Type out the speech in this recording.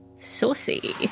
Saucy